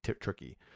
tricky